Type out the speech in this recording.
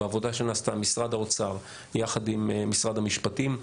בעבודה שנעשתה משרד האוצר יחד עם משרד המשפטים.